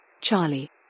Charlie